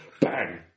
Bang